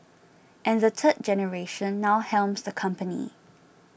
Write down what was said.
and the third generation now helms the company